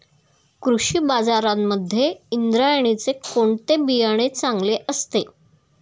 कृषी बाजारांमध्ये इंद्रायणीचे कोणते बियाणे चांगले असते?